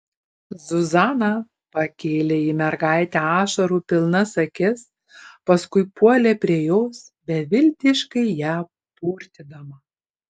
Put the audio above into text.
zuzana pakėlė į mergaitę ašarų pilnas akis paskui puolė prie jos beviltiškai ją purtydama